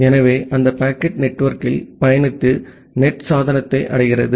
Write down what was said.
எனவே அந்த பாக்கெட் நெட்வொர்க்கில் பயணித்து NAT சாதனத்தை அடைகிறது